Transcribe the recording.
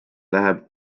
läheb